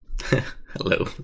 Hello